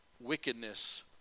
wickedness